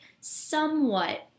somewhat